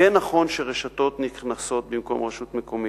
נכון שרשתות נכנסות במקום רשות מקומית.